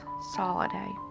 Soliday